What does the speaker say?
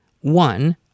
one